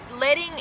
letting